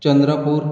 Chandrapur